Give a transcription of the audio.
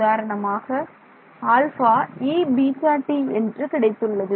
உதாரணமாக α eβt என்று கிடைத்துள்ளது